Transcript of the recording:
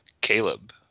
Caleb